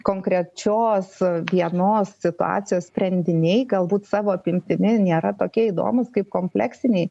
konkrečios vienos situacijos sprendiniai galbūt savo apimtimi nėra tokie įdomūs kaip kompleksiniai